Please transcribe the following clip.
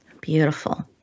Beautiful